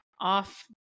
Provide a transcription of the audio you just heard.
off